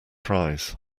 fries